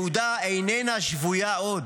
יהודה איננה שבויה עוד,